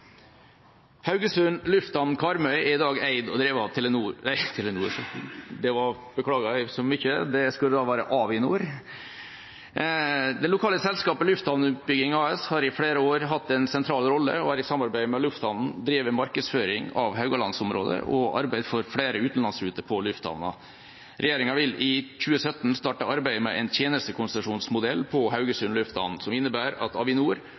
Haugesund lufthavn, Karmøy er i dag eid og drevet av Avinor. Det lokale selskapet Lufthavnutbygging AS har i flere år hatt en sentral rolle og har i samarbeid med lufthavna drevet markedsføring av Haugaland-området og arbeidet for flere utenlandsruter fra lufthavna. Regjeringa vil i 2017 starte arbeidet med en tjenestekonsesjonsmodell på Haugesund lufthavn som innebærer at Avinor